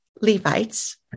Levites